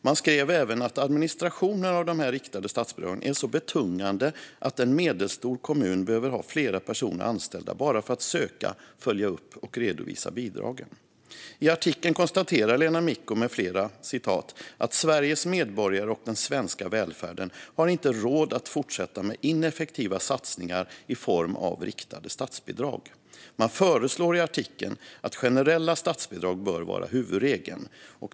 Man skrev även att administrationen av de riktade statsbidragen är så betungande att en medelstor kommun behöver ha flera personer anställda bara för att söka, följa upp och redovisa bidragen. I artikeln konstaterar Lena Micko med flera: "Sveriges medborgare och den svenska välfärden har inte råd att fortsätta med ineffektiva satsningar i form av riktade statsbidrag." Man säger i artikeln att generella statsbidrag bör vara huvudregeln.